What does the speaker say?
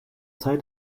zeit